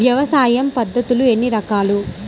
వ్యవసాయ పద్ధతులు ఎన్ని రకాలు?